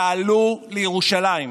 תעלו לירושלים.